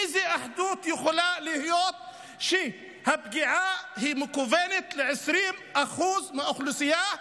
איזו אחדות יכולה להיות כאשר הפגיעה מכוונת ל-20% מהאוכלוסייה,